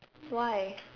why